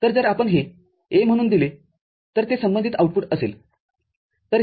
तरजर आपण हे A म्हणून दिले तर ते संबंधित आउटपुटअसेल